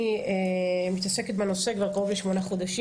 אני מתעסקת בנושא כבר קרוב לשמונה חודשים.